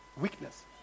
weakness